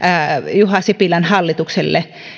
juha sipilän hallitukselle